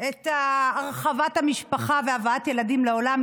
את הרחבת המשפחה והבאת ילדים לעולם,